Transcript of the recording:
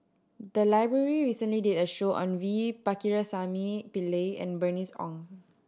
the library recently did a show on V Pakirisamy Pillai and Bernice Ong